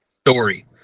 story